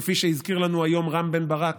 כפי שהזכיר לנו היום רם בן ברק